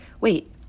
wait